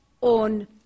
on